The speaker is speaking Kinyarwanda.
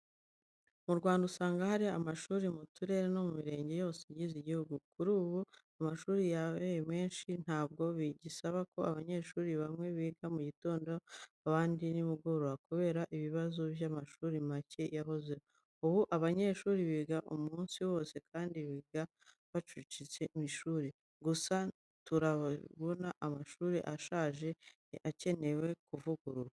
Mu Rwanda usanga hari amashuri mu turere no mu mirenge yose igize igihugu, kuri ubu amashuri yabaye menshi ntabwo bigisaba ko abanyeshuri bamwe biga mu gitondo abandi ngo bige ku mugoroba kubera ibibazo by'amashuri macye byahozeho. Ubu abanyeshuri biga umunsi wose kandi bakiga badacucitse mu ishuri. Gusa turacyabona amashuri ashaje na yo akenewe kuvugururwa.